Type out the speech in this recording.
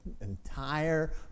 entire